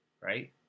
right